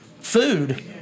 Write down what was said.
food